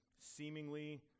seemingly